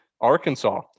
Arkansas